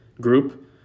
group